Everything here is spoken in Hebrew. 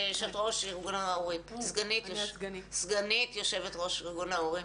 בבקשה, סגנית יושב-ראש ארגון ההורים.